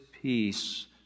peace